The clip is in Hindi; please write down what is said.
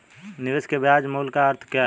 निवेश के ब्याज मूल्य का अर्थ क्या है?